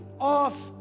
off